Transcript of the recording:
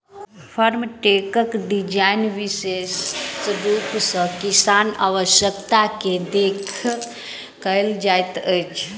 farm ट्रकक design विशेष रूप सॅ किसानक आवश्यकता के देखि कयल जाइत अछि